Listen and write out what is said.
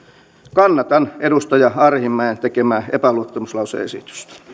kannatan edustaja arhinmäen tekemää epäluottamuslause